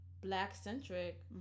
black-centric